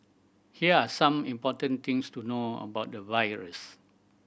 here are some important things to know about the virus